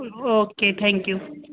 okay thank you